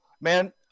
Man